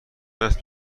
است